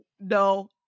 no